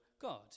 God